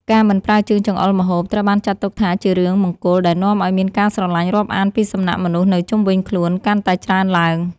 ការមិនប្រើជើងចង្អុលម្ហូបត្រូវបានចាត់ទុកថាជារឿងមង្គលដែលនាំឱ្យមានការស្រឡាញ់រាប់អានពីសំណាក់មនុស្សនៅជុំវិញខ្លួនកាន់តែច្រើនឡើង។